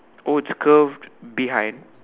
oh it's curved behind